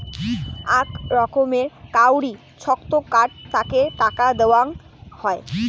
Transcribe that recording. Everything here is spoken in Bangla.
আক রকমের কাউরি ছক্ত কার্ড তাতে টাকা দেওয়াং হই